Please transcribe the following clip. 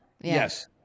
Yes